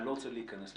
אני לא רוצה להיכנס לשם.